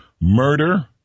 Murder